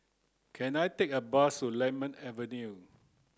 can I take a bus to Lemon Avenue